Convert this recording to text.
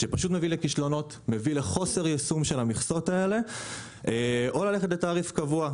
שפשוט מביא לכישלונות ולחוסר יישום של המכסות האלה או ללכת לתעריף קבוע,